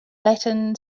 latin